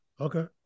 Okay